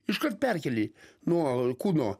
iškart perkėli nuo kūno